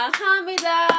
hamida